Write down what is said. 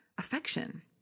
affection